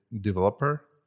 developer